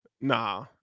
Nah